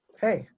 hey